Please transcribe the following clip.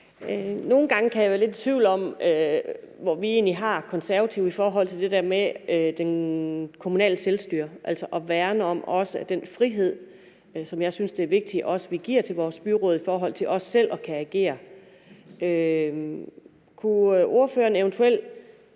Nogle gange kan jeg være lidt i tvivl om, hvor vi egentlig har Konservative i forhold til det her med det kommunale selvstyre og at værne om den frihed, som jeg synes, det er vigtigt, vi giver til vores byråd i forhold til også selv at kunne agere. Kunne ordføreren eventuelt